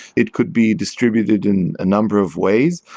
it could be distributed in a number of ways.